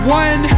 one